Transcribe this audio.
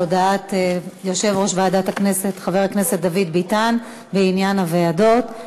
על הודעת יושב-ראש ועדת הכנסת חבר הכנסת דוד ביטן בעניין הוועדות.